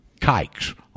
kikes